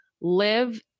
live